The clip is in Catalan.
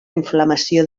inflamació